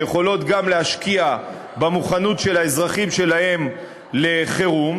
שיכולות גם להשקיע במוכנות של האזרחים שלהן לחירום,